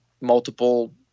multiple